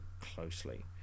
closely